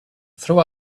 throw